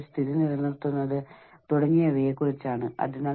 ഒന്ന് Smith associates Smith Associates